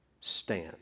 stand